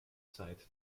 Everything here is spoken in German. zeit